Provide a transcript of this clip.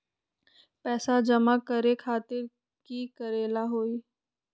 पैसा जमा करे खातीर की करेला होई?